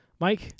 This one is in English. Mike